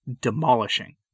demolishing